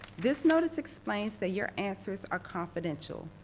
this notice explained that you're answers are confidential.